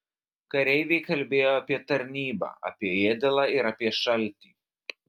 kareiviai kalbėjo apie tarnybą apie ėdalą ir apie šaltį